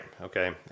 okay